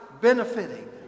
benefiting